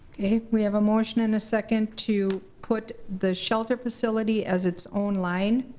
okay, we have a motion and a second to put the shelter facility as its own line,